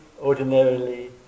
ordinarily